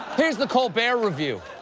here's the colbert review.